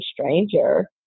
stranger